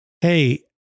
Hey